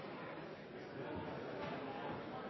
President